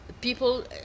People